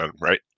right